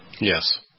Yes